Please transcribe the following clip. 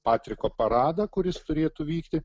patriko paradą kuris turėtų vykti